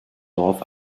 dorf